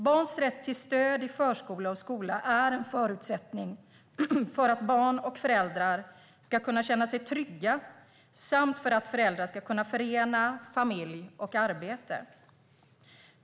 Barns rätt till stöd i förskola och skola är en förutsättning för att barn och föräldrar ska kunna känna sig trygga samt för att föräldrar ska kunna förena familj och arbete.